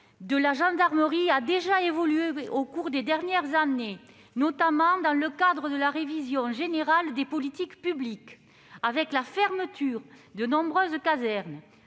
de la gendarmerie a déjà évolué au cours des dernières années, notamment dans le cadre de la révision générale des politiques publiques (RGPP), avec la fermeture de nombreuses casernes.